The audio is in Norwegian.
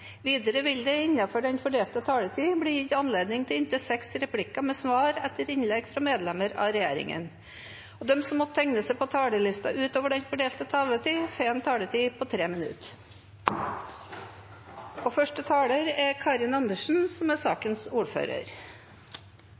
Videre vil det – innenfor den fordelte taletid – bli gitt anledning til inntil fem replikker med svar etter innlegg fra medlemmer av regjeringen, og de som måtte tegne seg på talerlisten utover den fordelte taletid, får en taletid på inntil 3 minutter. Det er et alvorlig spørsmål, et viktig spørsmål, som